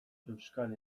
euskal